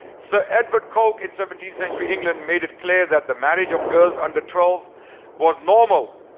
sir edward coke in seventeenth century england made it clear, that the marriage of girls under twelve was normal.